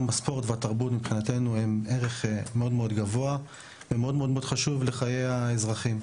הספורט והתרבות הם ערך מאוד גבוה ומאוד חשוב לחיי האזרחים.